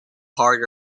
hard